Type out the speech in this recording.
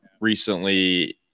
recently